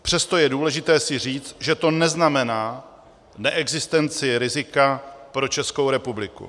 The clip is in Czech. Přesto je důležité si říct, že to neznamená neexistenci rizika pro Českou republiku.